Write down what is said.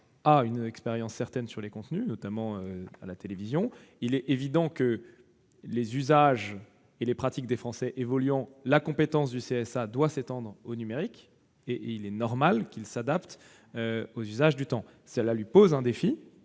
a une expérience certaine en matière de contenus, notamment à la télévision. Il est évident que les usages et les pratiques des Français évoluant, la compétence du CSA doit s'étendre au numérique. Il est normal qu'il s'adapte aux usages du temps. Cela représente un défi